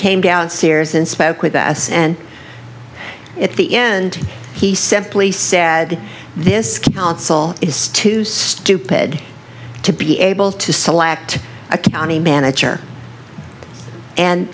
came downstairs and spoke with us and at the end he simply said this is too stupid to be able to select a county manager and